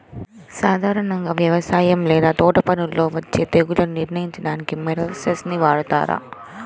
సాధారణంగా వ్యవసాయం లేదా తోటపనుల్లో వచ్చే తెగుళ్లను నియంత్రించడానికి మొలస్సైడ్స్ ని వాడుతారు